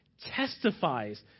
testifies